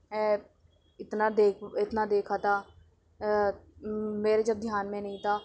app اتنا دے اتنا دیکھا تھا میرے جب دھیان میں نہیں تھا